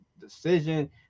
decision